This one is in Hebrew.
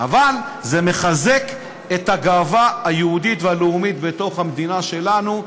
שהוא הדגיש את הנושא של ההגדרה הלאומית של העם היהודי.